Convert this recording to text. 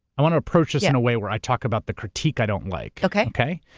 i want to approach this in a way where i talk about the critique i don't like, okay? okay.